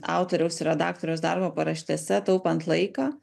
autoriaus ir redaktoriaus darbo paraštėse taupant laiką